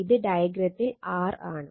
ഇത് ഡയഗ്രത്തിൽ r ആണ്